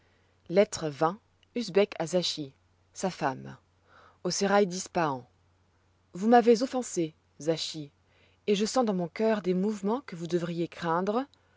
à zachi sa femme au sérail d'ispahan vous m'avez offensé zachi et je sens dans mon cœur des mouvements que vous devriez craindre